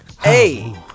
Hey